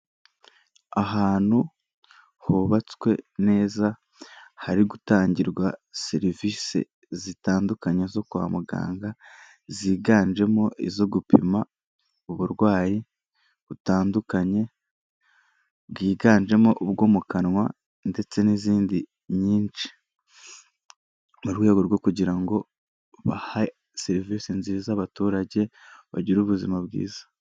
Ahantu hubatswe neza hari gutangirwa serivise zitandukanye zo kwa muganga, ziganjemo izo gupima uburwayi butandukanye bwiganjemo ubwo mu kanwa ndetse n'izindi nyinshi, mu rwego rwo kugira ngo bahe serivise nziza abaturage bagire ubuzima bwiza.